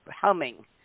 humming